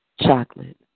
chocolate